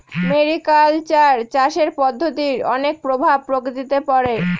mariculture চাষের পদ্ধতির অনেক প্রভাব প্রকৃতিতে পড়ে